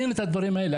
אין את הדברים האלה,